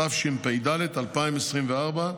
התשפ"ד 2024,